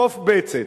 חוף בצת,